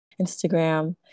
Instagram